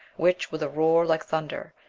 which, with a roar like thunder,